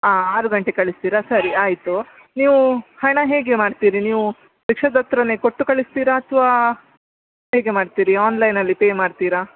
ಹಾಂ ಆರು ಗಂಟೆಗೆ ಕಳಿಸ್ತೀರಾ ಸರಿ ಆಯಿತು ನೀವು ಹಣ ಹೇಗೆ ಮಾಡ್ತೀರಿ ನೀವು ರಿಕ್ಷಾದತ್ತಿರನೇ ಕೊಟ್ಟು ಕಳಿಸ್ತೀರಾ ಅಥವಾ ಹೇಗೆ ಮಾಡ್ತೀರಿ ಆನ್ಲೈನಲ್ಲಿ ಪೇ ಮಾಡ್ತೀರಾ